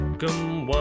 Welcome